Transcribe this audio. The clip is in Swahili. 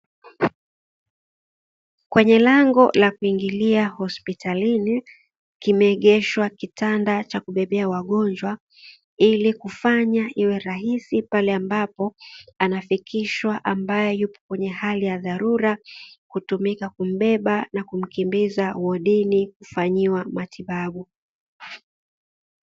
Kwenye lango la kuingilia hospitalini kumeegeshwa kitanda cha kubebaa wagonjwa ili kufanya iwe rahisi pale ambapo anafikishwa ambaye yupo kwenye hali ya dharura, hutumika kumbeba na kumkimbiza wodini kufanyiwa matibabu.